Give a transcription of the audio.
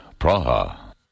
Praha